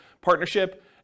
partnership